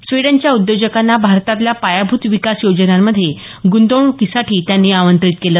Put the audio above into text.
स्वीडनच्या उद्योजकांना भारतातल्या पायाभूत विकास योजनांमध्ये गृंतवणूकीसाठी त्यांनी आमंत्रित केलं